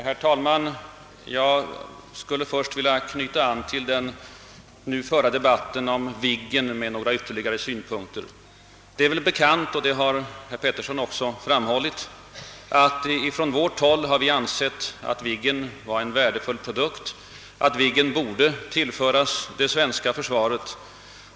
Herr talman! Jag vill först knyta några ytterligare synpunkter till debatten om Viggen. Det är väl bekant — och det har också herr Petersson redan framhållit — att vi på högerhåll har ansett Viggen vara en värdefull produkt och att den borde tillföras det svenska försvaret.